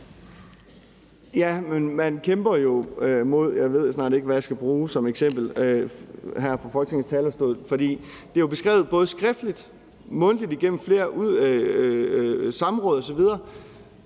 Man kæmper jo mod, jeg ved snart ikke, hvad jeg skal bruge som eksempel, her fra Folketingets talerstol. Det er jo beskrevet både skriftligt og mundtligt gennem flere samråd osv.,